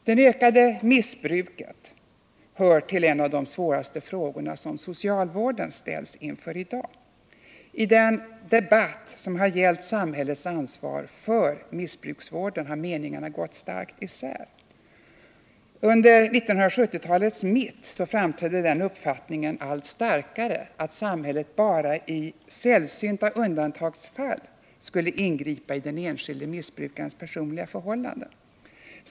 Det ökade missbruket hör till de svåraste frågorna som socialvården ställs inför i dag. I den debatt som har gällt samhällets ansvar för missbruksvården har meningarna gått starkt isär. Under 1970-talets mitt framträdde den uppfattningen allt starkare att samhället bara i sällsynta undantagsfall skulle ingripa i den enskilde missbrukarens personliga förhållanden.